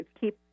keep